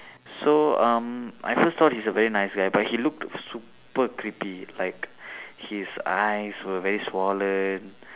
so um I first thought he's a very nice guy but he looked super creepy like his eyes were very swollen